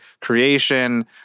creation